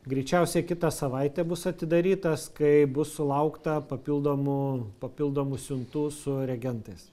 greičiausiai kitą savaitę bus atidarytas kai bus sulaukta papildomų papildomų siuntų su reagentais